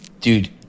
Dude